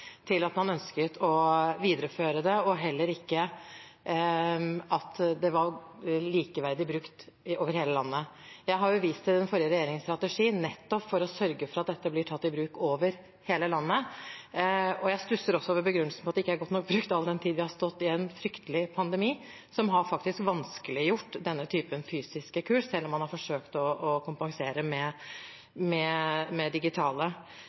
til at man ønsket å videreføre det, og heller ikke at det var likeverdig brukt over hele landet. Jeg har vist til den forrige regjeringens strategi, nettopp for å sørge for at dette blir tatt i bruk over hele landet, og jeg stusser også over begrunnelsen om at det ikke er godt nok brukt, all den tid vi har stått i en fryktelig pandemi som har vanskeliggjort denne typen fysiske kurs, selv om man har forsøkt å kompensere med digitale.